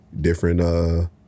different